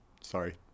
Sorry